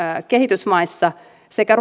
kehitysmaissa sekä